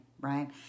right